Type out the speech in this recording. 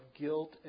guilt